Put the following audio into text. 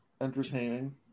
entertaining